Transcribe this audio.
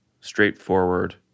straightforward